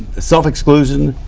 self exclusion,